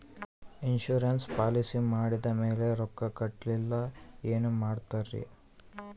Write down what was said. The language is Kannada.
ಇನ್ಸೂರೆನ್ಸ್ ಪಾಲಿಸಿ ಮಾಡಿದ ಮೇಲೆ ರೊಕ್ಕ ಕಟ್ಟಲಿಲ್ಲ ಏನು ಮಾಡುತ್ತೇರಿ?